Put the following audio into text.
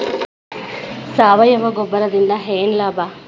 ಸಾವಯವ ಗೊಬ್ಬರದಿಂದ ಏನ್ ಲಾಭ?